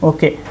Okay